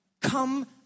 come